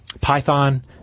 python